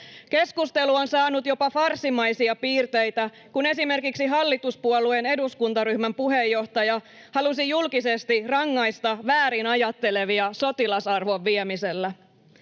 Keskustelu on saanut jopa farssimaisia piirteitä, kun esimerkiksi hallituspuolueen eduskuntaryhmän puheenjohtaja halusi julkisesti rangaista väärinajattelevia sotilasarvon viemisellä.